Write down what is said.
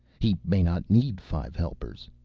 he may not need five helpers.